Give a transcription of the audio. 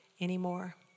anymore